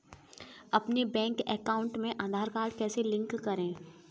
अपने bank account में Aadhaar card कैसे लिंक करें?